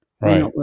Right